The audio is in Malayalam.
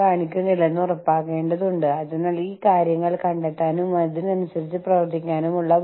ഉദാഹരണത്തിന് ഞങ്ങൾ കുട്ടികളായിരുന്നപ്പോൾ കോക്ക് നാട്ടിൽ അത്ര എളുപ്പത്തിൽ ലഭ്യമായിരുന്നില്ല